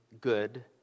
good